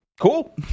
Cool